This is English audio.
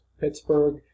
Pittsburgh